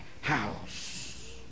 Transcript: house